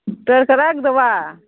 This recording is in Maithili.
तौलिके राखि देबै